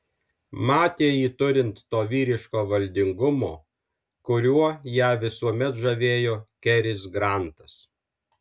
matė jį turint to vyriško valdingumo kuriuo ją visuomet žavėjo keris grantas